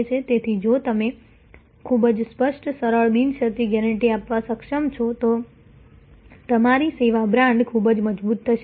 તેથી જો તમે ખૂબ જ સ્પષ્ટ સરળ બિનશરતી ગેરંટી આપવા સક્ષમ છો તો તમારી સેવા બ્રાન્ડ ખૂબ જ મજબૂત થશે